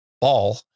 ball